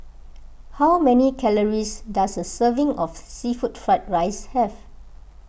how many calories does a serving of Seafood Fried Rice have